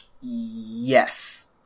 Yes